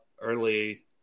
early